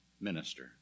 minister